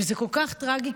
וזה כל כך טרגי,